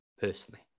personally